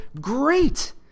great